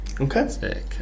Okay